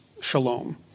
shalom